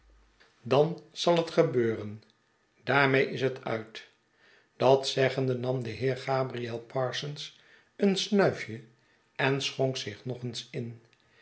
dan zal het gebeuren daarmee is hetuit dat zeggende nam de heer gabriel parsons een snuifje en schonk zich nog eens in